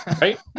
right